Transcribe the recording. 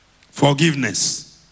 Forgiveness